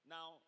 Now